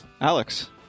Alex